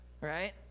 right